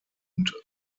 und